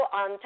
on